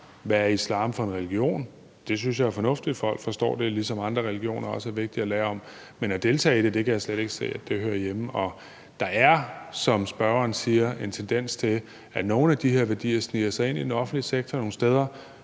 hvad islam er for en religion. Det synes jeg er fornuftigt at folk forstår, ligesom andre religioner også er vigtige at lære om, men at deltage i det kan jeg slet ikke se hører hjemme her. Der er, som spørgeren siger, en tendens til, at nogle af de her værdier sniger sig ind i den offentlige sektor nogle steder,